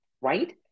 right